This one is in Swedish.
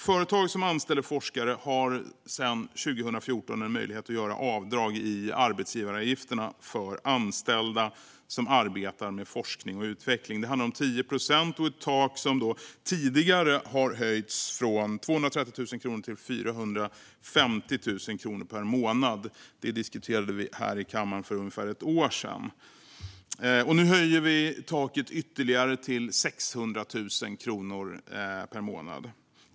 Företag som anställer forskare har sedan 2014 en möjlighet att göra avdrag på arbetsgivaravgifterna för anställda som arbetar med forskning och utveckling. Det handlar om 10 procent och ett tak som tidigare höjts från 230 000 kronor till 450 000 kronor per månad. Det diskuterade vi här i kammaren för ungefär ett år sedan. Nu höjer vi taket ytterligare till 600 000 kronor per månad.